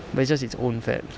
but it's just it's own fat